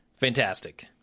fantastic